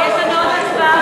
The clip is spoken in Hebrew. מי בעד?